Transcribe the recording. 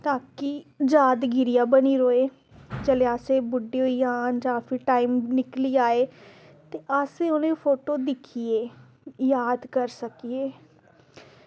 ताकि यादगिरी बनी रवै जेल्लै अस बुड्ढै होई जान जां फिर टाईम निकली जाए ते अस ओह् ले फोटो दिक्खियै याद करी सकिये